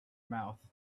mouth